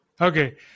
Okay